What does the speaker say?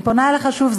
אני פונה אליך שוב,